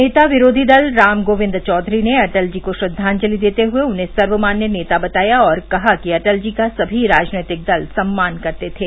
नेता विरोधी दल राम गोविन्द चौधरी ने अटल जी को श्रद्वाजलि देते हुए उन्हें सर्वमन्य नेता बताया और कहा कि अटल जी का सभी राजनैतिक दल सम्मान करते थे